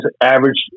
average